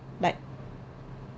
back